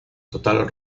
total